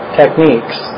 techniques